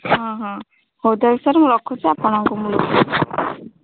ହଁ ହଁ ହଉ ତା'ହେଲେ ସାର୍ ମୁଁ ରଖୁଛି ଆପଣଙ୍କୁ ମୁଁ ଲୋକେସନ୍